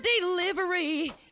delivery